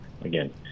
again